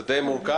זה די מורכב.